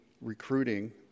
recruiting